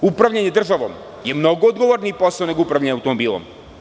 Upravljanje državom je mnogo odgovorniji posao, nego upravljanjem automobilom.